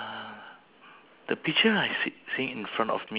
a garden uh from the right corner